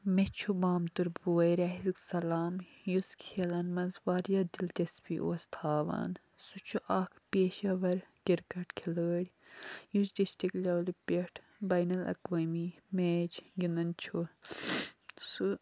مےٚ چھُ مامتُر بوے رہلِک سلام یُس کھیلن منٛز واریاہ دِلچسپی اوس تھاوان سُہ چھُ اکھ پیشاور کرکٹ کھلٲڑۍ یُس ڈسٹرک لیولہِ پٮ۪ٹھ بین الاقوٲمی میچ گِنٛدان چھُ سُہ